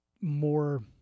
more